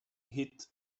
hit